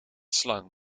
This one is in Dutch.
slang